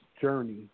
journey